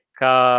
ca